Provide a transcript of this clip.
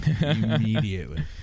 immediately